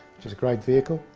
which is a great vehicle.